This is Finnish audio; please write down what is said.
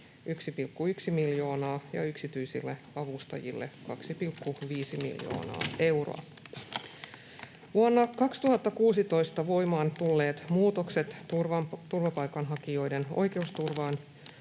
1,1 miljoonaa ja yksityisille avustajille 2,5 miljoonaa euroa. Vuonna 2016 voimaan tulleet muutokset turvapaikanhakijoiden oikeusturvaan